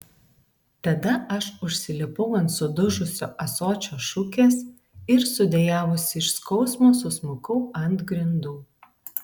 tada aš užsilipau ant sudužusio ąsočio šukės ir sudejavusi iš skausmo susmukau ant grindų